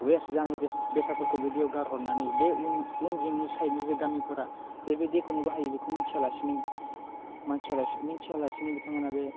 west जानाय बे बेसादफोरखौ बे दैयाव गारहरनानै बे उन उन जिंनि साइटनि जे गामिफोरा जे बे दैखौनो बाहायो बेखौ मिथियालासेनो मिनथियालासेनो बिथांमोनहा बे